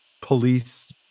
police